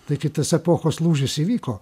tai kai tas epochos lūžis įvyko